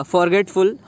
Forgetful